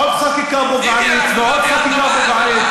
עוד חקיקה גזענית ועוד חקיקה גזענית,